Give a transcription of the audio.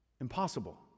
Impossible